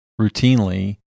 routinely